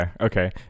okay